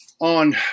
on